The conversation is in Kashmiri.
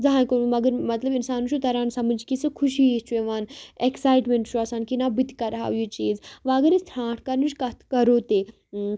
زاہٕنٛۍ کوٚرمُت مگر مطلب اِنسانَس چھُ تَران سمجھ کہِ سُہ خوشی ہِش چھُ یِوان ایٚکسایٹمٮ۪نٛٹ چھُ آسان کہِ نہَ بہٕ تہِ کَرٕہاو یہِ چیٖز وۅنۍ اگر أسۍ ژھانٛٹھ کَرٕنٕچ کَتھ کَرو تہِ